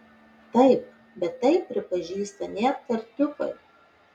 taip bet tai pripažįsta net tartiufai